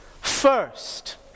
First